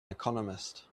economist